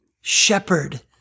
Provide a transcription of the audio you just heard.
shepherd